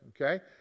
okay